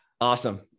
Awesome